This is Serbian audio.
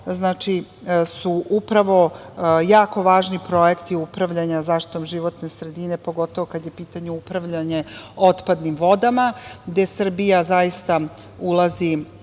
da su upravo jako važni projekti upravljanja zaštitom životne sredine, pogotovo kada je pitanje upravljanja otpadnim vodama, gde Srbija zaista ulazi